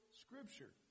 scripture